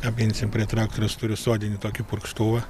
kabinsim prie traktoriaus turiu sodinį tokį purkštuvą